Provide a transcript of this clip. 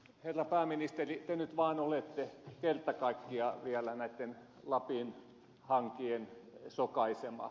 herra pääministeri te nyt vaan olette kerta kaikkiaan vielä näitten lapin hankien sokaisema